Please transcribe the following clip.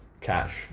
cash